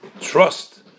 trust